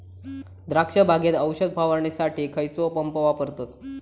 द्राक्ष बागेत औषध फवारणीसाठी खैयचो पंप वापरतत?